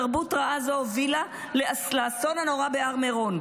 תרבות רעה זו הובילה לאסון הנורא בהר מירון.